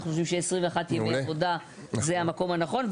אנחנו חושבים ש-21 ימי עבודה זה המקום הנכון.